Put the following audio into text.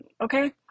okay